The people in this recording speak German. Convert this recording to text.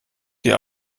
dir